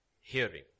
hearing